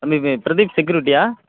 தம்பி வெ பிரதீப் செக்யூரிட்டியா